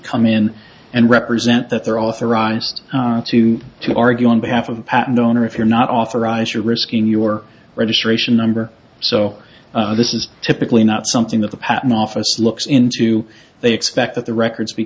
come in and represent that they're authorized to to argue on behalf of the patent owner if you're not authorized you're risking your registration number so this is typically not something that the patent office looks into they expect that the records be